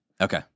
Okay